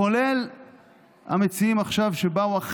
כולל המציעים שבאו עכשיו,